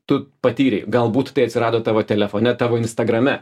tu patyrei galbūt tai atsirado tavo telefone tavo instagrame